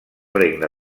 regne